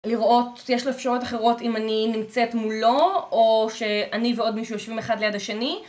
לראות, יש לה אפשרויות אחרות אם אני נמצאת מולו או שאני ועוד מישהו יושבים אחד ליד השני.